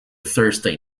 thursday